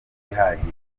bihagije